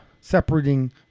separating